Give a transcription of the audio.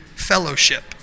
fellowship